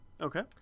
Okay